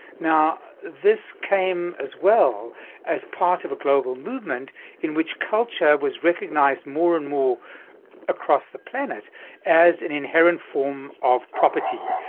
now, this came as well as part of a global movement in which culture was recognised more and more across the planet as an inherent form of property,